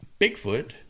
Bigfoot